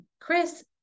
Chris